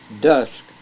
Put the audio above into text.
dusk